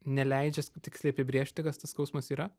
neleidžia tiksliai apibrėžti kas tas skausmas yra